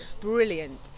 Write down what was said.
brilliant